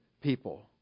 people